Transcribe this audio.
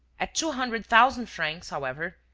at two hundred thousand francs, however,